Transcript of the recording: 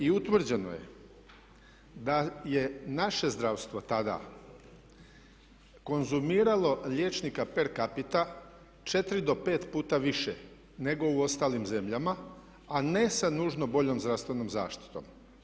I utvrđeno je da je naše zdravstvo tada konzumiralo liječnika per capita 4 do 5 puta više nego u ostalim zemljama, a ne sa nužno boljom zdravstvenom zaštitom.